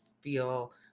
feel